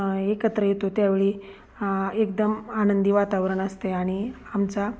स एकत्र येतो त्यावेळी एकदम आनंदी वातावरण असते आणि आमचा